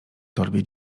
torbie